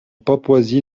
papouasie